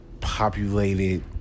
populated